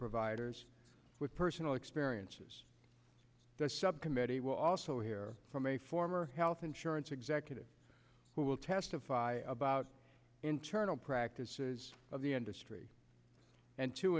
providers with personal experiences the subcommittee will also hear from a former health insurance executive who will testify about internal practices of the industry and t